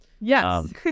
Yes